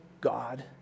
God